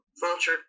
vulture